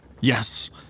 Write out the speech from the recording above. Yes